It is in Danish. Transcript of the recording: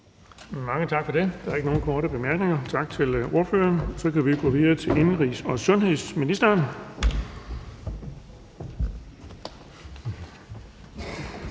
Mange tak for det. Der er ikke nogen korte bemærkninger. Tak til ordføreren. Så kan vi gå videre til indenrigs- og sundhedsministeren.